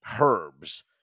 Herbs